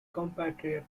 compatriot